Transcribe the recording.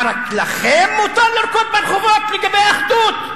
מה, רק לכם מותר לרקוד ברחובות לגבי אחדות?